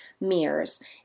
mirrors